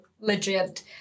legit